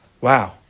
Wow